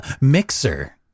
Mixer